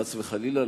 חס וחלילה,